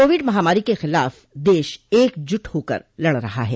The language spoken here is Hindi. कोविड महामारी के खिलाफ देश एकजुट होकर लड़ रहा है